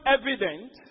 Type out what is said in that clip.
evident